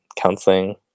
counseling